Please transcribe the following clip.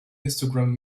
histogram